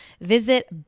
Visit